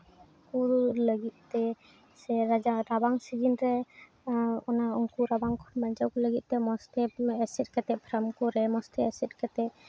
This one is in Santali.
ᱠᱩ ᱞᱟᱹᱜᱤᱫ ᱛᱮ ᱥᱮ ᱡᱟᱦᱟᱸ ᱨᱟᱵᱟᱝ ᱥᱤᱡᱤᱱ ᱨᱮ ᱚᱱᱟ ᱩᱱᱠᱩ ᱨᱟᱵᱟᱝ ᱠᱷᱚᱱ ᱵᱟᱧᱪᱟᱣ ᱠᱚ ᱞᱟᱹᱜᱤᱫ ᱛᱮ ᱢᱚᱡᱽ ᱛᱮ ᱮᱥᱮᱫ ᱠᱟᱛᱮ ᱯᱷᱨᱟᱢ ᱠᱚᱨᱮ ᱢᱚᱡᱽ ᱛᱮ ᱮᱥᱮᱫ ᱠᱟᱛᱮ